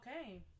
Okay